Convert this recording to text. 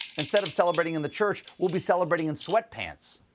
instead of celebrating in the church, we'll be celebrating in sweatpants.